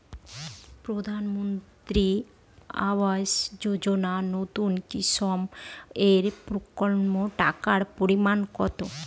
প্রধানমন্ত্রী আবাস যোজনায় নতুন স্কিম এর প্রাপ্য টাকার পরিমান কত?